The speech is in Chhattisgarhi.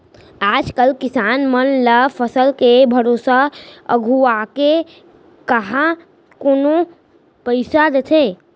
आज कल किसान मन ल फसल के भरोसा अघुवाके काँहा कोनो पइसा देथे